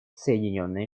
соединенные